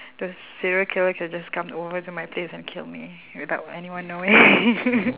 the serial killer could just come over to my place and kill me without anyone knowing